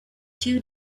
two